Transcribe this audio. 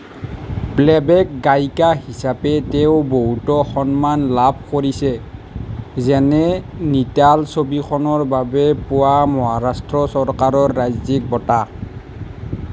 playback গায়িকা হিচাপে তেওঁ বহুতো সন্মান লাভ কৰিছে যেনে নীতাল ছবিখনৰ বাবে পোৱা মহাৰাষ্ট্ৰ চৰকাৰৰ ৰাজ্যিক বঁটা